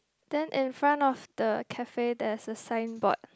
then in front of the cafe there's a signboard